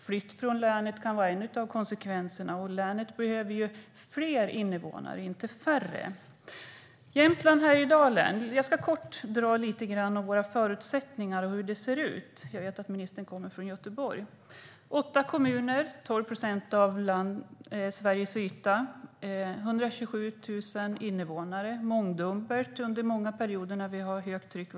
Flytt från regionen kan vara en av konsekvenserna, och vi behöver fler invånare, inte färre. Låt mig säga något kort om förutsättningarna och hur det ser ut i Jämtland och Härjedalen. Jag vet att ministern kommer från Göteborg. Vi är åtta kommuner på 12 procent av Sveriges yta. Vi är 127 000 invånare, och det blir mångdubbelt fler under perioder av högt turisttryck.